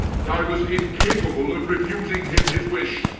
and i was incapable of refusing him his wish.